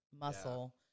muscle